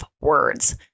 words